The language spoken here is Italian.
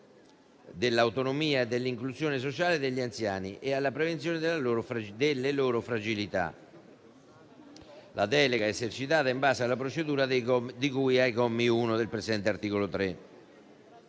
dell'autonomia e dell'inclusione sociale degli anziani e alla prevenzione delle loro fragilità. La delega è esercitata in base alla procedura di cui al comma 1 del presente articolo 3.